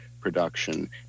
production